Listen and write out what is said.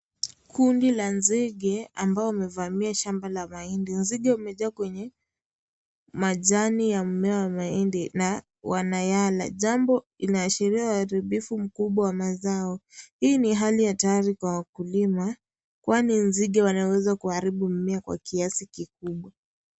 Kundi la nzige ambao wamevamia shamba la mahindi. Nzige wamejaa kwenye majani ya mmea wa mahindi na wanayala. Jambo inaashiria waharibifu mkubwa wa mazao. Hii ni hali hatari kwa wakulima kwani nzige wanaweza kuharibu mmea kwa kiasi kikubwa.